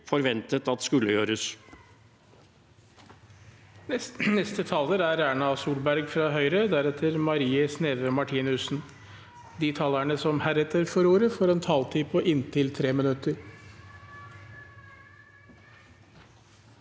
forventet at skulle gjøres.